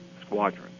Squadron